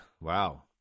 wow